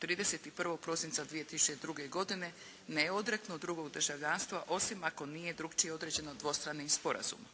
31. prosinca 2002. godine ne odreknu drugog državljanstva osim ako nije drukčije određeno dvostranim sporazumom.